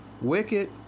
wicked